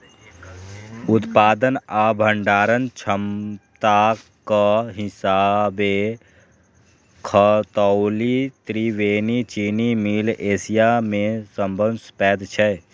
उत्पादन आ भंडारण क्षमताक हिसाबें खतौली त्रिवेणी चीनी मिल एशिया मे सबसं पैघ छै